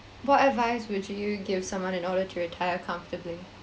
what advice would you give someone in order to retire comfortably